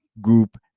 group